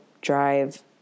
drive